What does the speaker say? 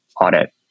audit